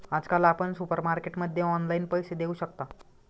आजकाल आपण सुपरमार्केटमध्ये ऑनलाईन पैसे देऊ शकता